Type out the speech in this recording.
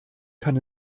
kann